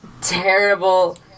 terrible